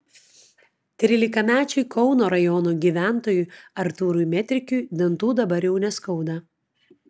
trylikamečiui kauno rajono gyventojui artūrui metrikiui dantų dabar jau neskauda